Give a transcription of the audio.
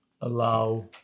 allow